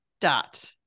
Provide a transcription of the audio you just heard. dot